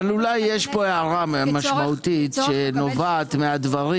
אבל אולי יש פה הערה משמעותית שנובעת מן הדברים.